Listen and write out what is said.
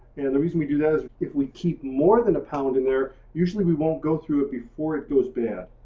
and the reason we do that is if we keep more than a pound in there usually we won't go through it before it goes bad.